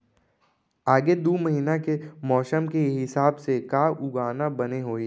आगे दू महीना के मौसम के हिसाब से का उगाना बने होही?